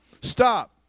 Stop